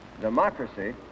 democracy